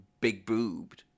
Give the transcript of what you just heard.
big-boobed